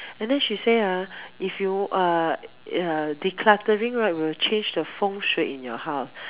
and then she say ah if you err decluttering right will change the feng-shui in your house